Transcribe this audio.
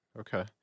Okay